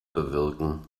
bewirken